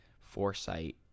foresight